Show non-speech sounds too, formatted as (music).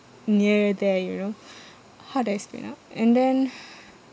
near there you know (breath) how to explain ah and then (breath)